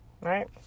Right